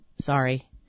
Sorry